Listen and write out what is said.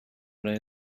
they